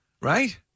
Right